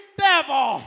devil